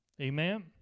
Amen